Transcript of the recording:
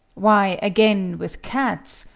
why, again, with cats,